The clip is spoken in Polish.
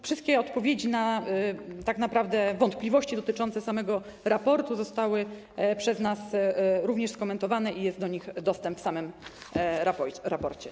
Wszystkie odpowiedzi na tak naprawdę wątpliwości dotyczące samego raportu zostały przez nas również skomentowane i jest do tego dostęp w samym raporcie.